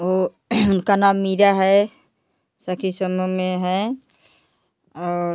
वो उनका नाम मीरा है सखी समूह में हैं और